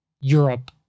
Europe